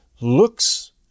looks